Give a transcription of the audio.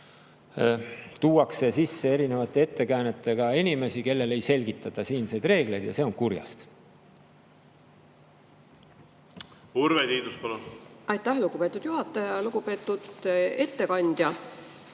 tuuakse erinevate ettekäänetega sisse inimesi, kellele ei selgitata siinseid reegleid. Ja see on kurjast. Urve Tiidus, palun! Aitäh, lugupeetud juhataja! Lugupeetud ettekandja!